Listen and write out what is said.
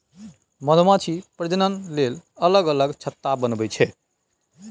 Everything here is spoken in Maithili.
मधुमाछी प्रजनन लेल अलग अलग छत्ता बनबै छै